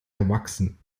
erwachsen